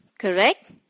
correct